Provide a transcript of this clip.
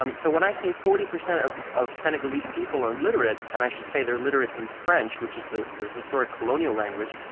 um so when i say forty percent of of senegalese people are literate, literate, and i should say they're literate in french, which is the the historic colonial language,